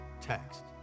text